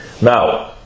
now